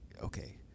okay